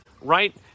right